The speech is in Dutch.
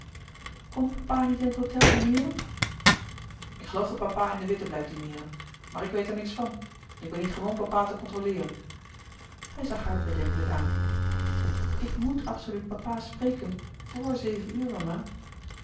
komt papa niet in het hôtel dineeren ik geloof dat papa in de witte blijft dineeren maar ik weet er niets van ik ben niet gewoon papa te contrôleeren hij zag haar bedenkelijk aan ik moet absoluut papa spreken vor zeven uur mama